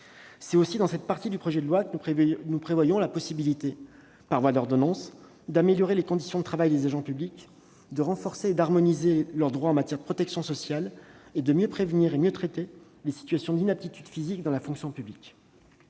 C'est aussi dans cette partie du projet de loi que nous prévoyons la possibilité, par voie d'ordonnances, d'améliorer les conditions de travail des agents publics, de renforcer et d'harmoniser leurs droits en matière de protection sociale et de mieux prévenir et mieux traiter les situations d'inaptitude physique dans la fonction publique.